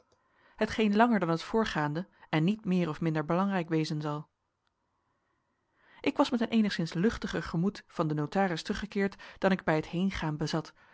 hetgeen langer dan het voorgaande en niet meer of minder belangrijk wezen zal ik was met een eenigszins luchtiger gemoed van den notaris teruggekeerd dan ik bij het heengaan bezat